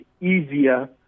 easier